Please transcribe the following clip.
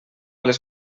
les